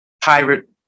pirate